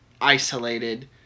isolated